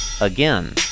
again